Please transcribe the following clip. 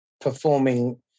performing